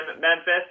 Memphis